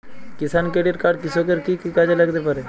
কিষান credit card কৃষকের কি কি কাজে লাগতে পারে?